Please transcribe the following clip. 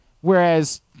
whereas